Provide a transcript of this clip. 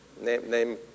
Name